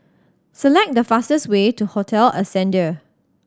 select the fastest way to Hotel Ascendere